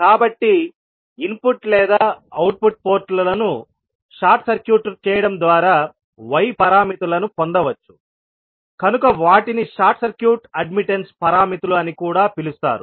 కాబట్టి ఇన్పుట్ లేదా అవుట్పుట్ పోర్టులను షార్ట్ సర్క్యూట్ చేయడం ద్వారా y పారామితులను పొందవచ్చు కనుక వాటిని షార్ట్ సర్క్యూట్ అడ్మిట్టన్స్ పారామితులు అని కూడా పిలుస్తారు